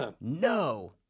No